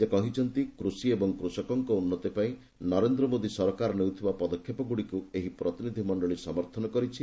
ସେ କହିଛନ୍ତି କୃଷି ଏବଂ କୃଷକଙ୍କ ଉନ୍ନତି ପାଇଁ ନରେନ୍ଦ୍ର ମୋଦି ସରକାର ନେଉଥିବା ପଦକ୍ଷେପଗୁଡିକୁ ଏହି ପ୍ରତିନିଧି ମଣ୍ଡଳୀ ସମର୍ଥନ କରିଛି